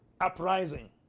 Uprising